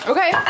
Okay